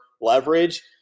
leverage